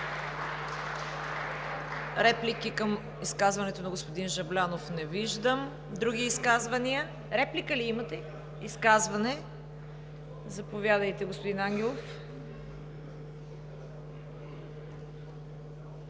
Реплики към изказването на господин Жаблянов? Не виждам. Други изказвания? Реплика ли имате? Изказване – заповядайте, господин Ангелов.